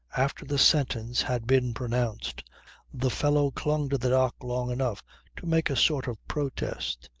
after the sentence had been pronounced the fellow clung to the dock long enough to make a sort of protest.